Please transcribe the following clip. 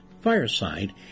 Fireside